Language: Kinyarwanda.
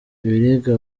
ibiribwa